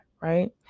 Right